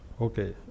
Okay